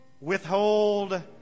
withhold